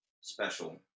special